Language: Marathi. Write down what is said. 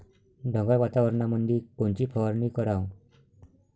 ढगाळ वातावरणामंदी कोनची फवारनी कराव?